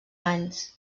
anys